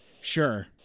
Sure